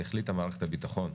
החליטה מערכת הביטחון,